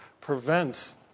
prevents